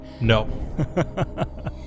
No